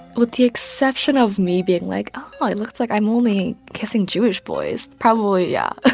with the exception of me being like, oh, it looks like i'm only kissing jewish boys, probably, yeah.